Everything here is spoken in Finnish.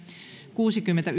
kuusikymmentä